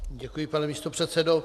Děkuji, pane místopředsedo.